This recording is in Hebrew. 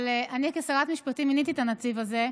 אבל אני כשרת משפטים מיניתי את הנציב הזה,